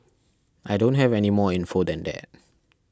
I don't have any more info than that